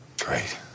Great